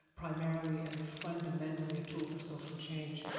primarily and fundamentally, a tool for social change.